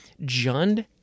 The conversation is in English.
Jund